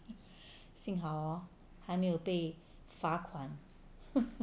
幸好 hor 还没有被罚款